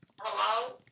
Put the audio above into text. Hello